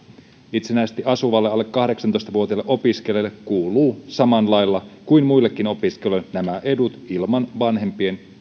itsenäisesti asuvalle alle kahdeksantoista vuotiaalle opiskelijalle kuuluvat samanlailla kuin muillekin opiskelijoille nämä edut ilman vanhempien